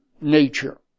nature